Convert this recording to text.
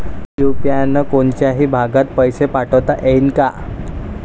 UPI न कोनच्याही भागात पैसे पाठवता येईन का?